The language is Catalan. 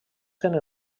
tenen